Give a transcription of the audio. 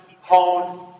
honed